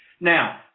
Now